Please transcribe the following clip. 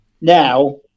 now